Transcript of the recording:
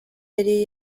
yari